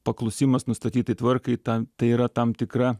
paklusimas nustatytai tvarkai tai yra tam tikra